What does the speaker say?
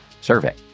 survey